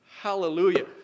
Hallelujah